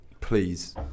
please